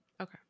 Okay